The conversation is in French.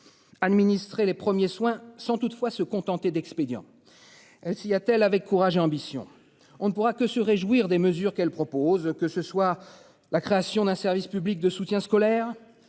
Administré les premiers soins sans toutefois se contenter d'expédients. S'y-t-elle avec courage et ambition. On ne pourra que se réjouir des mesures qu'elle propose que ce soir la création d'un service public de soutien scolaire.